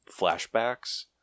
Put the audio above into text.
flashbacks